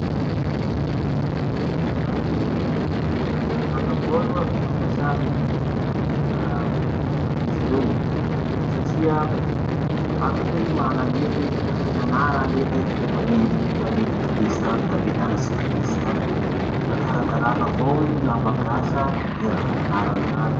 Aminakahy, ara-dalana avao aloha ny fampiasa ny vinavina polisy reo satria matoa i mana an'iny, raha nianaran'iny tamy tamy i nipolisy tany, tamy i nianatsy polisy tany. Ka ara-dalana avao i laha mampiasa gny raha nianarany tany.